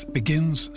begins